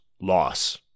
loss